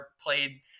played